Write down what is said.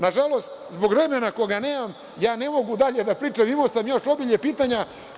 Nažalost, zbog vremena koje nemam, ne mogu dalje da pričam, imao sam dosta pitanja.